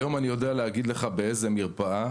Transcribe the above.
היום אני יודע להגיד באיזה מרפאה,